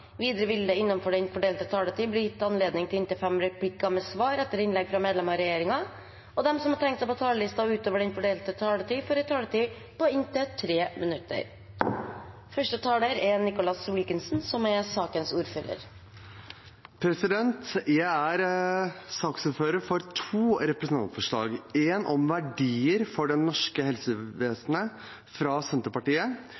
Videre vil det – innenfor den fordelte taletid – bli gitt anledning til inntil fem replikker med svar etter innlegg fra medlemmer av regjeringen, og de som måtte tegne seg på talerlisten utover den fordelte taletid, får en taletid på inntil 3 minutter. Jeg er saksordfører for to representantforslag, et om verdier for den norske helsetjenesten, fra Senterpartiet, og et om